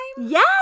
Yes